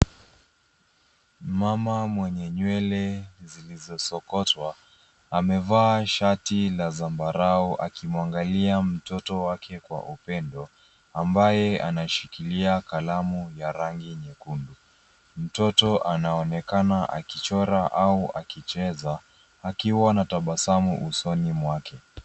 Mama mwenye nywele zilizosokotwa amevaa shati la zamabarau akimwangalia mtoto wake kwa upendo ambaye anashikilia kalamu ya rangi nyekundu. Mtoto anaonekana akichora au akicheza akiwa na tabasamu usoni mwake.